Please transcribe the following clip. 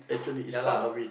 ya lah